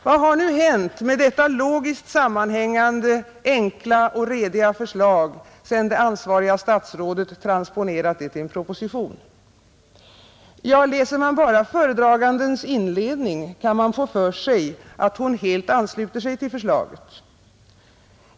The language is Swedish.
Vad har nu hänt med detta logiskt sammanhängande, enkla och rediga förslag, sedan det ansvariga statsrådet transponerat det till en proposition? Ja, läser man bara föredragandens inledning, kan man få för sig att hon helt ansluter sig till förslaget.